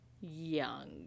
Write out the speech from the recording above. young